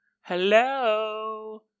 Hello